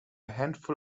handful